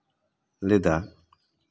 ᱞᱮᱫᱟ